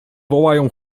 wołają